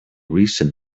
recent